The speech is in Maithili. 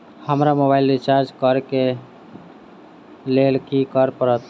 हमरा मोबाइल रिचार्ज करऽ केँ लेल की करऽ पड़त?